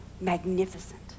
magnificent